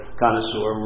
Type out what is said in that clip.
connoisseur